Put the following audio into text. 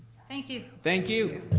thank you. thank you.